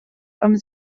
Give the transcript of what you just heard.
hommes